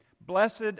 Blessed